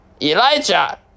Elijah